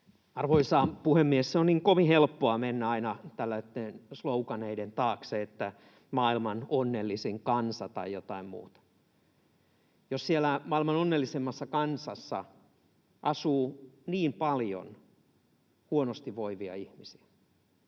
Arvoisa puhemies! Se on niin kovin helppoa mennä aina tällaisten sloganeiden taakse, että maailman onnellisin kansa tai jotain muuta, jos siellä maailman onnellisimmassa kansassa asuu niin paljon huonosti voivia ihmisiä.